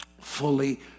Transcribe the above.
Fully